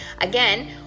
again